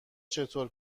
چطور